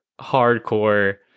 hardcore